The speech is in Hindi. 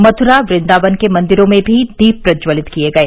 मथुरा वृदावन के मंदिरों में भी दीप प्रज्ज्वलित किए गए